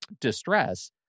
distress